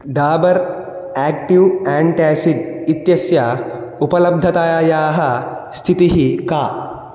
Dabur active antacid इत्यस्य उपलब्धतायायाः स्थितिः का